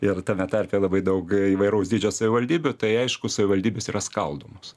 ir tame tarpe labai daug įvairaus dydžio savivaldybių tai aišku savivaldybės yra skaldomos